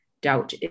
Doubt